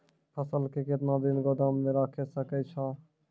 फसल केतना दिन गोदाम मे राखै सकै छौ?